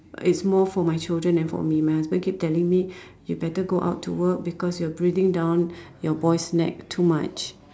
it's more for my children and for me my husband keep telling me you better go out to work because you're breathing down your boys' neck too much